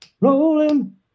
rolling